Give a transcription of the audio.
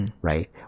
Right